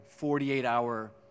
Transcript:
48-hour